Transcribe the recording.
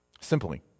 Simply